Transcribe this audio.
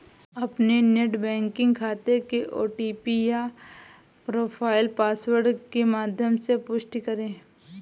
अपने net banking खाते के ओ.टी.पी या प्रोफाइल पासवर्ड के माध्यम से पुष्टि करें